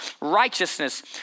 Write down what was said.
righteousness